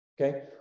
Okay